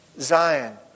Zion